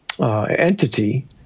entity